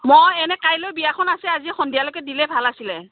মই এনেই কাইলৈ বিয়াখন আছে আজি সন্ধিয়ালৈকে দিলে ভাল আছিলে